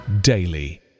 daily